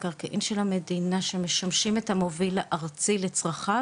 זה הוא מקרקעין של המדינה שמשמשים את המוביל הארצי לצרכיו